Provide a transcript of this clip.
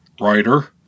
writer